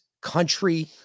country